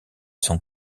son